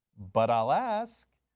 but i will ask.